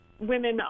women